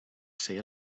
ser